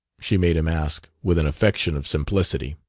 she made him ask, with an affectation of simplicity.